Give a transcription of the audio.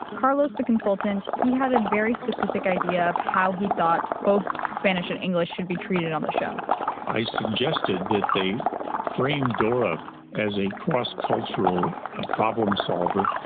carlos, the consultant, he had a very specific idea of how he thought both spanish and english should be treated on the show i suggested that they frame dora as a cross-cultural problem-solver.